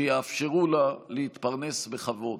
שיאפשרו לה להתפרנס בכבוד,